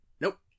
Nope